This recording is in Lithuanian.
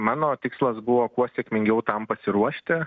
mano tikslas buvo kuo sėkmingiau tam pasiruošti